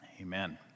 Amen